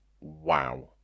Wow